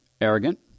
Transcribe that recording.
arrogant